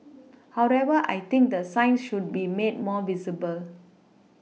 however I think the signs should be made more visible